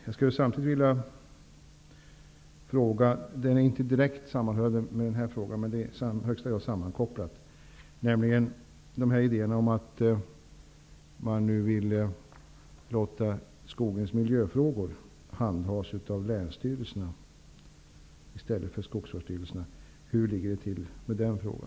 Jag skulle samtidigt vilja ställa en fråga som inte direkt hör ihop med detta, men det är i högsta grad sammankopplat, nämligen att man nu vill låta skogens miljöfrågor handhas av länsstyrelserna i stället för av skogsvårdsstyrelserna. Hur ligger det till med denna fråga?